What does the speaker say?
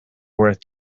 worth